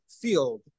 field